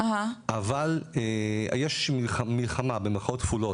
אבל יש 'מלחמה' במירכאות כפולות,